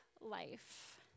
life